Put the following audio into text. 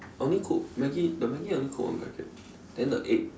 I only cook Maggi the Maggi only cook one packet then the egg